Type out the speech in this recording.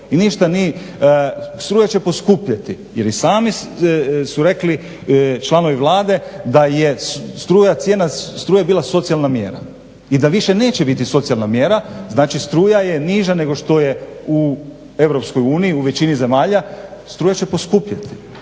i ništa ni, struja će poskupjeti jer i sami su rekli članovi Vlade da je cijena struje bila socijalna mjera i da više neće biti socijalna mjera, znači struja je niža nego što je u Europskoj uniji u većini zemalja, struja će poskupjeti.